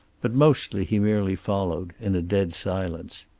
but mostly he merely followed, in a dead silence.